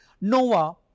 Noah